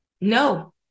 No